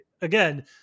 again